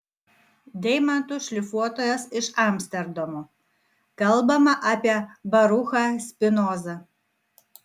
deimantų šlifuotojas iš amsterdamo kalbama apie baruchą spinozą